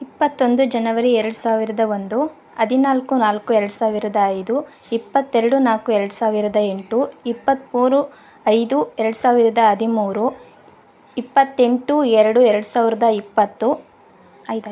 ಇಪ್ಪತ್ತೊಂದು ಜನವರಿ ಎರಡು ಸಾವಿರದ ಒಂದು ಹದಿನಾಲ್ಕು ನಾಲ್ಕು ಎರಡು ಸಾವಿರದ ಐದು ಇಪ್ಪತ್ತೆರಡು ನಾಲ್ಕು ಎರಡು ಸಾವಿರದ ಎಂಟು ಇಪ್ಪತ್ಮೂರು ಐದು ಎರಡು ಸಾವಿರದ ಹದಿಮೂರು ಇಪ್ಪತ್ತೆಂಟು ಎರಡು ಎರಡು ಸಾವಿರದ ಇಪ್ಪತ್ತು ಆಯ್ತು ಆಯ್